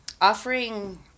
offering